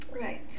Right